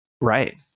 right